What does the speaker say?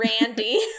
Randy